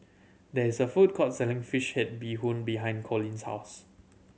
there is a food court selling fish head bee hoon behind Colleen's house